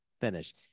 finish